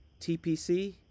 TPC